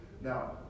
Now